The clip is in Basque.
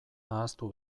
ahaztu